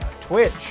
twitch